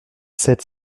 sept